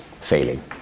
failing